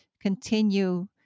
continue